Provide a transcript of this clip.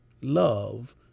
love